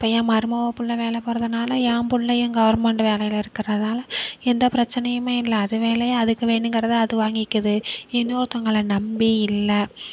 இப்போ ஏன் மருமக பிள்ள வேலை போறதுனால ஏன் பிள்ளையும் கவர்மெண்ட் வேலையில் இருக்கிறதால எந்த பிரச்சனையுமே இல்லை அது வேலையை அதுக்கு வேணுங்கிறத அது வாங்கிக்கிது இன்னொருத்தவங்கள நம்பி இல்லை